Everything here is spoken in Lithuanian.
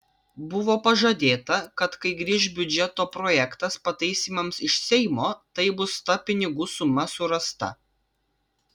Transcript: buvo pažadėta kad kai grįš biudžeto projektas pataisymams iš seimo tai bus ta pinigų suma surasta